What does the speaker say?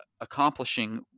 accomplishing